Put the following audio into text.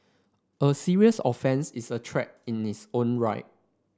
a serious offence is a threat in its own right